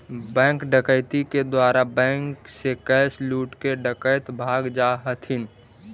bank डकैती के द्वारा बैंक से कैश लूटके डकैत भाग जा हथिन